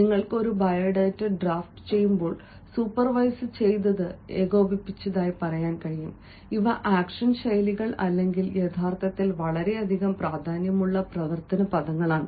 നിങ്ങൾക്ക് ഒരു ബയോഡാറ്റ ഡ്രാഫ്റ്റുചെയ്യുമ്പോൾ സൂപ്പർവൈസുചെയ്തത് ഏകോപിപ്പിച്ചതായി പറയാൻ കഴിയും ഇവ ആക്ഷൻ ശൈലികൾ അല്ലെങ്കിൽ യഥാർത്ഥത്തിൽ വളരെയധികം പ്രാധാന്യമുള്ള പ്രവർത്തന പദങ്ങളാണ്